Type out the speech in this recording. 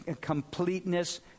completeness